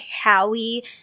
Howie